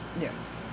Yes